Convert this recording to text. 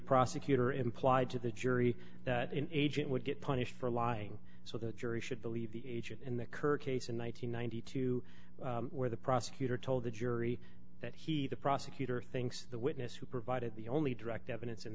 prosecutor implied to the jury that in agent would get punished for lying so the jury should believe the agent in the current case in one thousand nine hundred and two where the prosecutor told the jury that he the prosecutor thinks the witness who provided the only direct evidence in